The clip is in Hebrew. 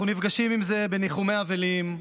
אנחנו נפגשים עם זה בניחומי אבלים,